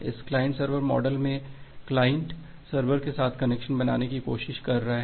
इस client server model में client server के साथ कनेक्शन बनाने की कोशिश कर रहा है